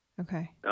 Okay